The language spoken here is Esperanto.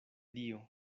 dio